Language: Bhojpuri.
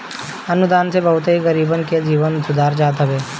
अनुदान से बहुते गरीबन के जीवन सुधार जात हवे